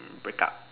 break up